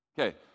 Okay